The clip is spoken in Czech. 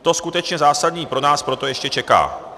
To skutečně zásadní pro nás proto ještě čeká.